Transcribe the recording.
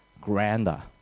grander